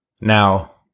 Now